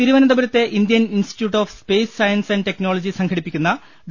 തിരുവനന്തപുരത്തെ Indian institute of space science and technology സംഘടിപ്പിക്കുന്ന ഡോ